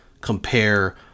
compare